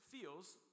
feels